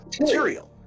material